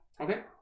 Okay